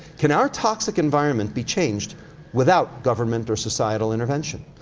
can our toxic environment be changed without governmental societal intervention?